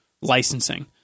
licensing